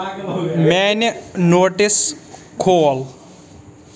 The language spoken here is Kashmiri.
میانہِ نوٹِس کھول